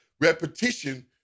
Repetition